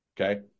Okay